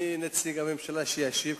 מי נציג הממשלה שישיב?